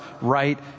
right